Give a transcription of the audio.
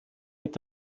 mit